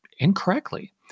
incorrectly